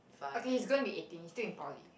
okay he's going be eighteen he's still in poly